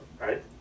right